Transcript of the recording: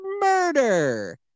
murder